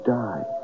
die